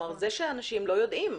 זה שאנשים לא יודעים.